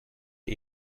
die